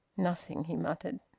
nothing, he muttered.